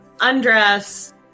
undress